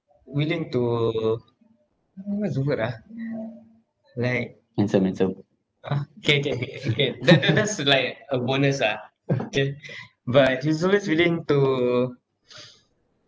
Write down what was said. willing to uh what's the word ah like ah K K K tha~ tha~ that's uh like a bonus lah K but he's always willing to